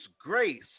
grace